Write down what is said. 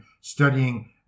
studying